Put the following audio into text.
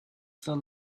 feel